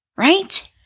Right